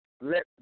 let